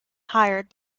hired